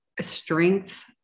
strengths